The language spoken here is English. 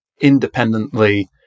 independently